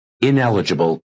ineligible